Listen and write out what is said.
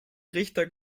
trichter